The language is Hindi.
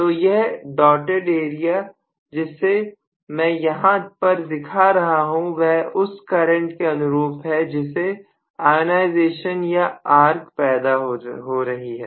तो यह डॉटेड एरिया जिससे मैं यहां पर दिखा रहा हूं वह उस करंट के अनुरूप है जिससे आयनाइजेशन या आर्क पैदा हो रही है